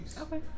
Okay